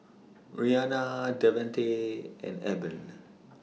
Rianna Devante and Eben